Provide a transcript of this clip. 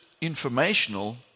informational